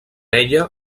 ella